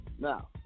Now